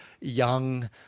young